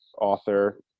author